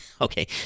Okay